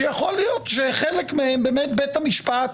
שיכול להיות שחלק מהם בית המשפט,